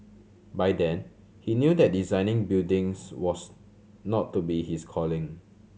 by then he knew that designing buildings was not to be his calling